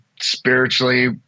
spiritually